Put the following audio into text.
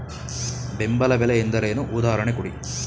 ಬೆಂಬಲ ಬೆಲೆ ಎಂದರೇನು, ಉದಾಹರಣೆ ಕೊಡಿ?